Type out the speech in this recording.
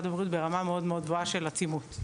הבריאות ברמה מאוד מאוד גבוהה של עצימות.